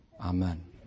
Amen